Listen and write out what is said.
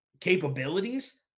capabilities